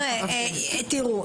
חבר'ה, תראו.